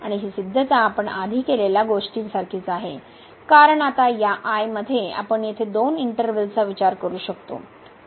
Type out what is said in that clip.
आणि हि सिद्धता आपण आधी केलेल्या गोष्टींसारखीच आहे कारण आता या I मध्ये आपण येथे दोन इंटर्वलचा विचार करू शकतो